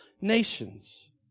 nations